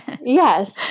Yes